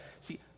See